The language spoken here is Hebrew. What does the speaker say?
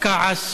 לכעס,